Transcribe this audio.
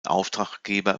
auftraggeber